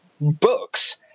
books